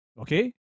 Okay